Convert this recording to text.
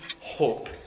hope